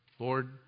Lord